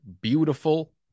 beautiful